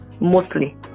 mostly